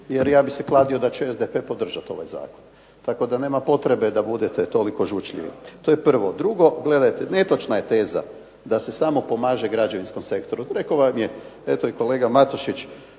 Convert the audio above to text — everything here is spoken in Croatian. jer ja bih se kladio da će SDP podržati ovaj zakon, tako da nema potrebe da budete toliko žučljivi. To je prvo. Drugo, gledajte netočna je teza da se samo pomaže građevinskom sektoru. Rekao vam je eto i kolega Matušić,